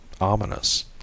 ominous